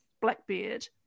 Blackbeard